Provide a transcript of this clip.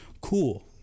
Cool